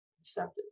incentives